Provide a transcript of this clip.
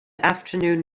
afternoon